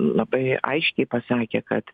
labai aiškiai pasakė kad